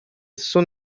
soon